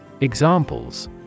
Examples